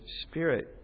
Spirit